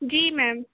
जी ma'am